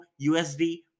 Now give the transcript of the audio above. USD